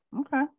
Okay